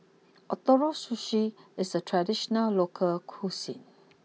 Ootoro Sushi is a traditional local cuisine